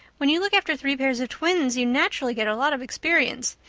when you look after three pairs of twins you naturally get a lot of experience.